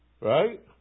Right